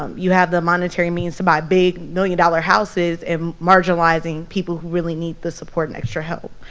um you have the monetary means to buy big, million dollar houses, and marginalizing people who really need the support and extra help.